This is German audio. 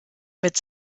mit